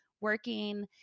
working